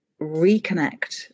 reconnect